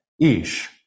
Ish